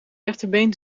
rechterbeen